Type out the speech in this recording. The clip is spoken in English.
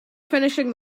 finishing